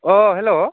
अ हेल'